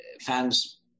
fans